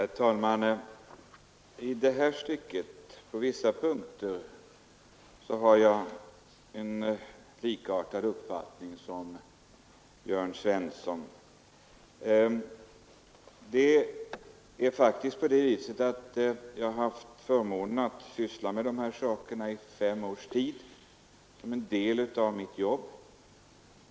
Herr talman! I det här stycket, på vissa punkter, har jag en likartad uppfattning som Jörn Svensson. Jag har faktiskt haft förmånen att syssla med dessa saker i fem års tid, som en del av mitt jobb.